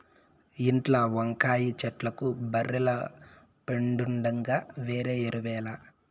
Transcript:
ఇంట్ల వంకాయ చెట్లకు బర్రెల పెండుండగా వేరే ఎరువేల